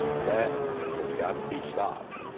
that has got to be stopped.